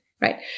right